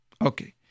Okay